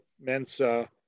Mensa